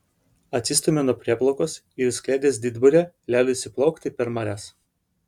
atsistūmė nuo prieplaukos ir išskleidęs didburę leidosi plaukti per marias